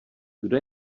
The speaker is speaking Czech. kdo